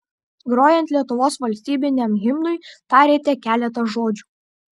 grojant lietuvos valstybiniam himnui tarėte keletą žodžių